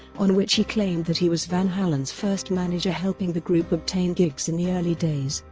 on which he claimed that he was van halen's first manager helping the group obtain gigs in the early days.